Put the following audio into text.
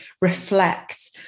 reflect